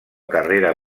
carrera